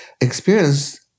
experience